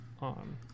on